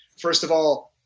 first of all,